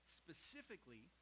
specifically